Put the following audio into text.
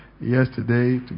yesterday